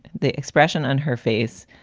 the expression on her face.